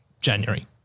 January